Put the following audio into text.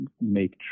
make